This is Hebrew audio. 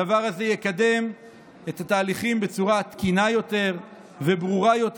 הדבר הזה יקדם את התהליכים בצורה תקינה יותר וברורה יותר.